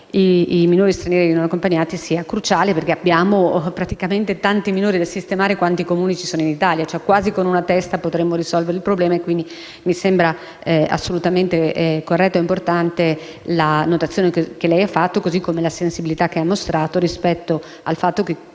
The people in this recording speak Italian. i minori stranieri non accompagnati sia cruciale, perché abbiamo tanti minori da sistemare quanti Comuni ci sono in Italia. Con uno a testa potremmo risolvere il problema. Mi sembra assolutamente corretta e importante la notazione che lei ha fatto, così come la sensibilità che ha mostrato rispetto al fatto che